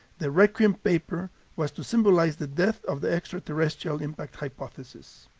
the requiem paper was to symbolize the death of the extraterrestrial impact hypothesis.